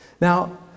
Now